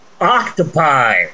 Octopi